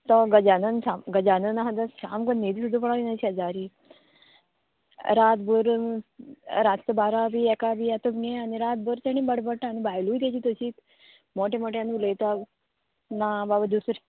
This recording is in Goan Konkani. तो गजानन गजानन आहा जाल्या आमकां न्हीद सुद्दां पळय ना शेजारी रातभर रातचो बारा बी एका बी येता मगे आनी रातभर तेणी बडबडटा आनी बायलोय तेजी तशीच मोट्या मोट्यान उलयता ना बाबा दुसरें